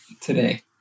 today